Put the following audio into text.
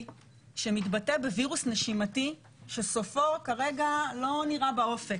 שמתבטא בווירוס נשימתי שסופו כרגע לא נראה באופק.